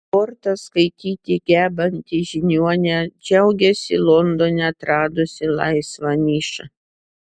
kortas skaityti gebanti žiniuonė džiaugiasi londone atradusi laisvą nišą